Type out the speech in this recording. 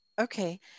Okay